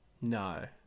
No